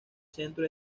centro